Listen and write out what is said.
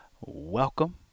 welcome